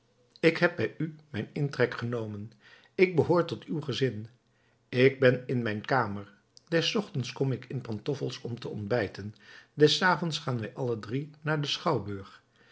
ik heb bij u mijn intrek genomen ik behoor tot uw gezin ik ben in mijn kamer des ochtends kom ik in pantoffels om te ontbijten des avonds gaan wij alle drie naar den schouwburg